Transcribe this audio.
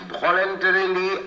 voluntarily